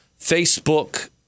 Facebook